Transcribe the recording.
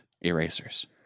erasers